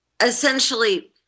essentially